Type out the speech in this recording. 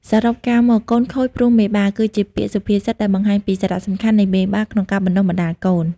សរុបការមក កូនខូចព្រោះមេបា គឺជាពាក្យសុភាសិតដែលបង្ហាញពីសារៈសំខាន់នៃមេបាក្នុងការបណ្តុះបណ្តាលកូន។